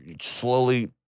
slowly